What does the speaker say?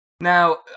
Now